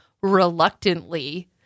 reluctantly